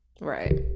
Right